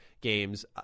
games